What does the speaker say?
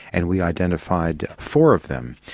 and we identified four of them.